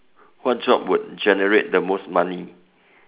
what job would generate the most money